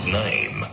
name